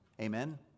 Amen